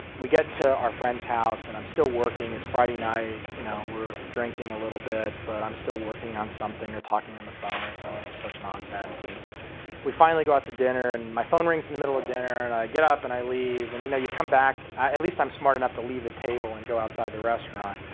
we get to our friends house, and i'm still working, its friday night you know we're drinking a little bit, but i'm still working on something or talking on the phone or some such nonsense and we finally go out to dinner and my phone rings in the middle of dinner and i get up and i leave and you know you come back, at least i'm smart enough to leave the table and go outside the restaurant.